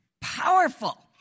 powerful